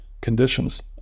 conditions